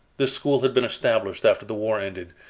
this school had been established after the war ended,